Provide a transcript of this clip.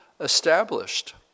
established